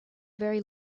very